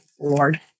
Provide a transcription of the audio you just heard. Lord